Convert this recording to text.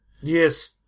Yes